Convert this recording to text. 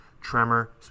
tremor